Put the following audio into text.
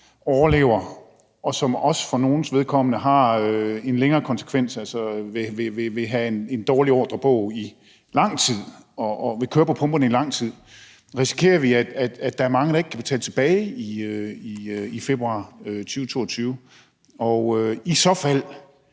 overlever, og hvor det også for nogles vedkommende har en længere konsekvens. De vil have en dårlig ordrebog i lang tid, og de vil køre på pumperne i lang tid. Risikerer vi, at der er mange, der ikke kan betale det tilbage i februar 2022? Og i så fald,